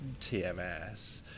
TMS